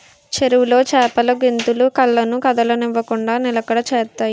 చెరువులో చేపలు గెంతులు కళ్ళను కదలనివ్వకుండ నిలకడ చేత్తాయి